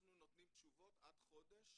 אנחנו נותנים תשובות עד חודש.